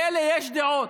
לאלה יש דעות.